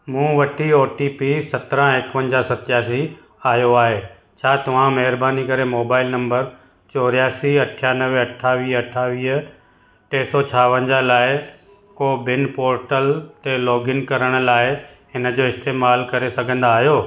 मूं वटि O T P सत्रहं एकवंजाहु सतियासी आयो आहे छा तव्हां महिरबानी करे मोबाइल नंबर चोरियासी अठियानवे अठावीह अठावीह टे सौ छावंजाहु लाइ कोविन पोर्टल ते लॉगइन करण लाइ इन जो इस्तेमालु करे सघंदा आयो